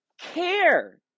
care